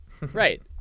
right